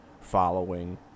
following